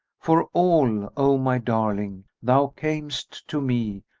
for all, o my darling, thou camest to me,